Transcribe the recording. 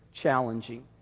challenging